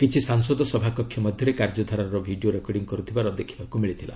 କିଛି ସାଂସଦ ସଭାକକ୍ଷ ମଧ୍ୟରେ କାର୍ଯ୍ୟଧାରାର ଭିଡ଼ିଓ ରେକର୍ଡିଂ କରୁଥିବାର ଦେଖିବାକୁ ମିଳିଥିଲା